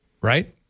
right